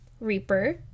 Reaper